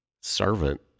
servant